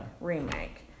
remake